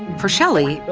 for shelley,